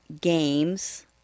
games